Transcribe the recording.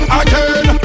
again